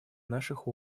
наших